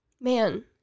Man